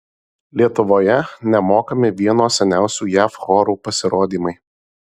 lietuvoje nemokami vieno seniausių jav chorų pasirodymai